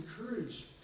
encourage